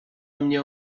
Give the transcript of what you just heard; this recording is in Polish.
mnie